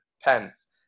pence